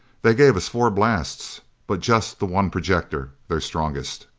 they gave us four blasts but just the one projector. their strongest.